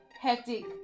hectic